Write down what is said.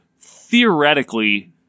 theoretically